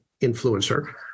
influencer